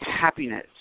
happiness